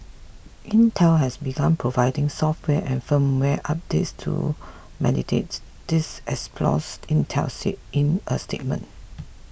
intel has begun providing software and firmware updates to mitigate these exploits Intel say in a statement